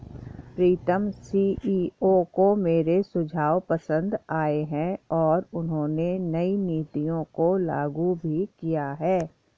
प्रीतम CEO को मेरे सुझाव पसंद आए हैं और उन्होंने नई नीतियों को लागू भी किया हैं